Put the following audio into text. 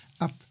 up